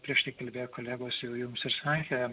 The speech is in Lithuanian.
prieš tai kalbėję kolegos jau jums išsakė